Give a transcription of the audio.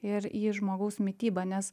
ir į žmogaus mitybą nes